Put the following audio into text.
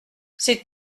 c’est